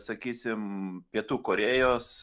sakysim pietų korėjos